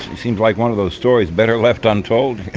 seems like one of those stories better left untold.